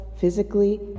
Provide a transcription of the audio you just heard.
physically